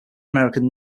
american